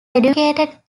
educated